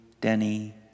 Denny